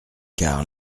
car